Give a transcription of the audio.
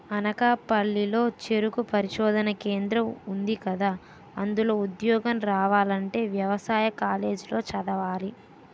అనకాపల్లి లో చెరుకు పరిశోధనా కేంద్రం ఉందికదా, అందులో ఉద్యోగం రావాలంటే యవసాయ కాలేజీ లో చదవాలి